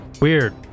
Weird